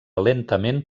lentament